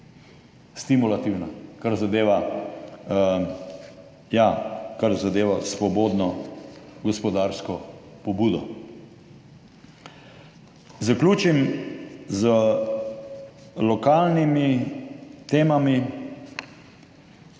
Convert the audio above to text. Stimulativna, kar zadeva svobodno gospodarsko pobudo. Zaključim z lokalnimi temami.